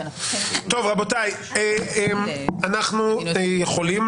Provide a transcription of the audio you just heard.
אנחנו יכולים